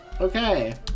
Okay